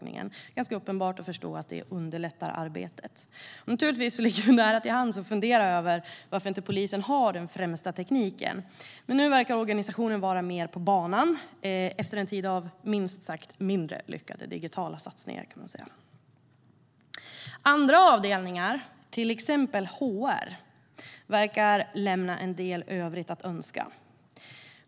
Det är ganska uppenbart att det underlättar arbetet. Naturligtvis ligger det nära till hands att fundera över varför inte polisen har den främsta tekniken, men nu verkar organisationen vara mer på banan efter en tid av, minst sagt, mindre lyckade digitala satsningar. Andra avdelningar, till exempel HR, verkar lämna en del övrigt att önska.